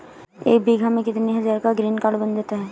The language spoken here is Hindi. एक बीघा में कितनी हज़ार का ग्रीनकार्ड बन जाता है?